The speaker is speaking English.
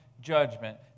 judgment